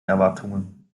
erwartungen